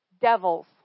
devils